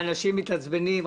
זה מעצבן.